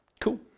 Cool